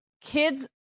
kids